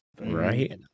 Right